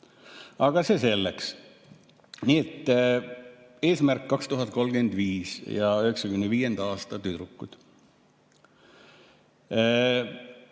Aga see selleks. Nii et eesmärk 2035 ja 1995. aasta tüdrukud.